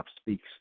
speaks